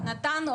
או נט"ן,